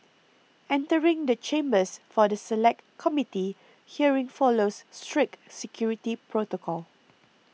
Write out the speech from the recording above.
entering the chambers for the Select Committee hearing follows strict security protocol